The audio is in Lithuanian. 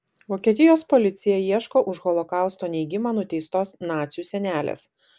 vokietijos policija ieško už holokausto neigimą nuteistos nacių senelės